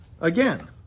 Again